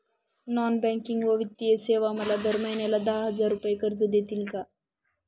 Non banking व वित्तीय सेवा मला दर महिन्याला दहा हजार रुपये कर्ज देतील का?